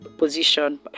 position